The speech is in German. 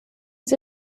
sie